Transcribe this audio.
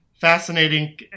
fascinating